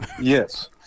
Yes